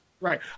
right